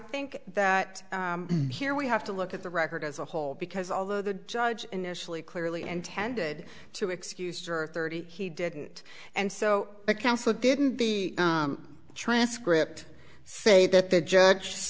think that here we have to look at the record as a whole because although the judge initially clearly intended to excuse juror thirty he didn't and so the counsel didn't the transcript say that the judge